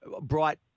bright